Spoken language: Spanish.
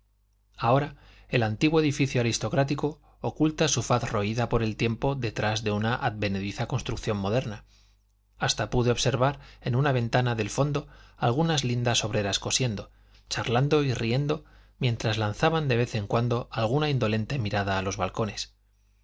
ahora el antiguo edificio aristocrático oculta su faz roída por el tiempo detrás de una advenediza construcción moderna hasta pude observar en una ventana del fondo algunas lindas obreras cosiendo charlando y riendo mientras lanzaban de vez en cuando alguna indolente mirada a los balcones